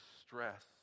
stress